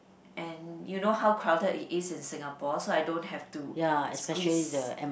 and you know how crowded it is in Singapore so I don't have to squeeze